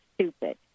stupid